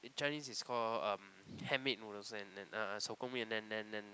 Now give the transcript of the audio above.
Chinese is called um handmade noodles and and uh 手工面:Shou Gong Mian and and and